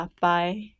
bye